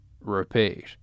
Repeat